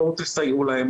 בואו תסייעו להם.